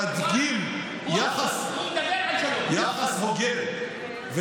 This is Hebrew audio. תדגים יחס, הוא מדבר על שלום.